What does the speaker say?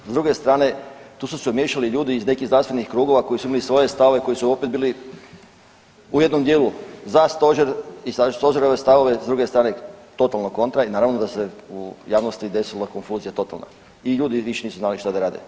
S druge strane, tu su se umiješali ljudi iz nekih znanstvenih krugova koji su imali svoje stavove, koji su opet bili u jednom dijelu za Stožer i za Stožerove stavove, s druge strane totalno kontra i naravno da se u javnosti desila konfuzija totalna i ljudi više nisu znali šta da rade.